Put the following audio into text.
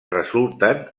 resulten